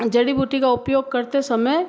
जड़ी बूटी का उपयोग करते समय